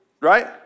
right